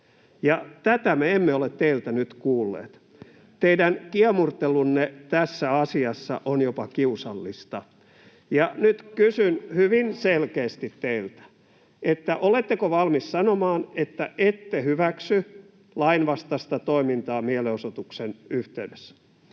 tätä me emme ole teiltä nyt kuulleet. Teidän kiemurtelunne tässä asiassa on jopa kiusallista. Ja nyt kysyn hyvin selkeästi teiltä: oletteko valmis sanomaan, että ette hyväksy lainvastaista toimintaa mielenosoituksen yhteydessä?